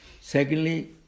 Secondly